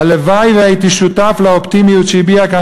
הלוואי שהייתי שותף לאופטימיות שהביע כאן